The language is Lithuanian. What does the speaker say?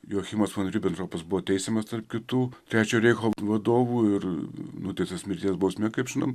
joachimas von ribentropas buvo teisiamas tarp kitų trečiojo reicho vadovų ir nuteistas mirties bausme kaip žinom